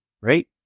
right